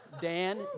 Dan